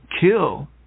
kill